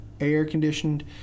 air-conditioned